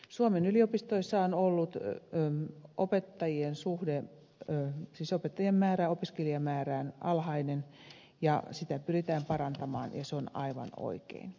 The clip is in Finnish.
suomen yliopistoissa on ollut opettajien määrä suhteessa opiskelijamäärään alhainen ja sitä pyritään parantamaan ja se on aivan oikein